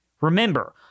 Remember